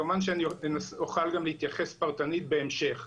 כמובן שאני אוכל גם להתייחס פרטנית בהמשך.